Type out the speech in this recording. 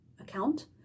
account